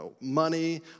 money